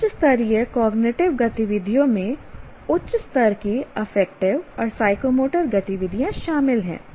उच्च स्तरीय कॉग्निटिव गतिविधियों में उच्च स्तर की अफेक्टिव और साइकोमोटर गतिविधियाँ शामिल हैं